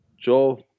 Joe